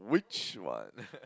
which one